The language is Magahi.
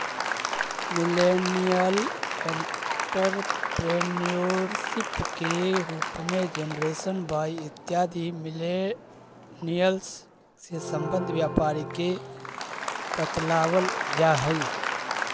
मिलेनियल एंटरप्रेन्योरशिप के रूप में जेनरेशन वाई इत्यादि मिलेनियल्स् से संबंध व्यापारी के बतलावल जा हई